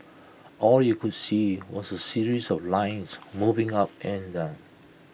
all you could see was A series of lines moving up and down